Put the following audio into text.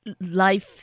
Life